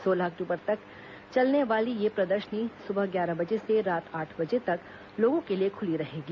सोलह अक्टूबर तक चलने वाली यह प्रदर्शनी सुबह ग्यारह बजे से रात आठ बजे तक लोगों के लिए खुली रहेगी